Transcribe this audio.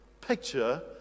picture